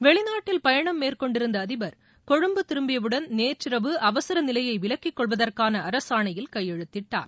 வெளிநாட்டில் பயணம் மேற்கொண்டிருந்த அதிபர் கொழும்பு திரும்பியவுடன் நேற்றிரவு அவசர நிலையை விலக்கிக் கொள்வதற்கான அரசாணையில் கையெழுத்திட்டார்